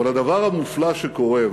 אבל הדבר המופלא שקורה,